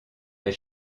mes